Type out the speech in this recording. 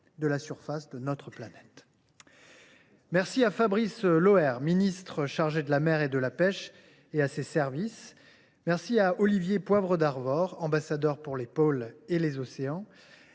de la surface de notre planète. Merci à Fabrice Loher, ministre délégué chargé de la mer et de la pêche, et à ses services, ainsi qu’à Olivier Poivre d’Arvor, ambassadeur pour les pôles et les océans,